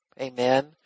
Amen